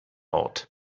ort